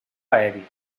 aeri